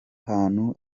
hantu